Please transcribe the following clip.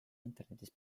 internetis